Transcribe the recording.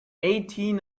eighteen